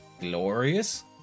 glorious